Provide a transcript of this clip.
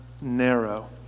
narrow